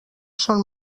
són